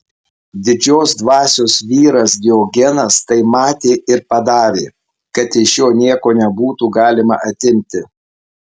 didžios dvasios vyras diogenas tai matė ir padarė kad iš jo nieko nebūtų galima atimti